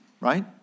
right